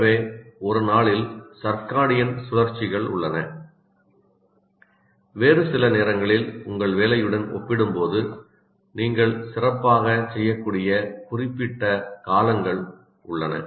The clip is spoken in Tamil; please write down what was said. எனவே ஒரு நாளில் சர்க்காடியன் சுழற்சிகள் உள்ளன வேறு சில நேரங்களில் உங்கள் வேலையுடன் ஒப்பிடும்போது நீங்கள் சிறப்பாகச் செய்யக்கூடிய குறிப்பிட்ட காலங்கள் உள்ளன